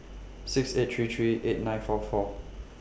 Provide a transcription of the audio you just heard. six eight three three eight nine four four